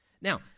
Now